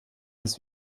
das